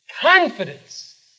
Confidence